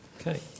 Okay